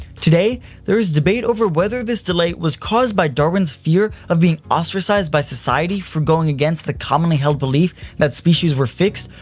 today there is debate over whether this delay was caused by darwin's fear of being ostracized by society for going against the commonly held belief that species were fixed,